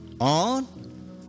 on